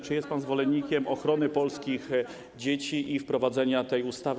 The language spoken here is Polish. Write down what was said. Czy jest pan zwolennikiem ochrony polskich dzieci i wprowadzenia tej ustawy?